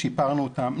שיפרנו אותם,